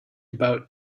about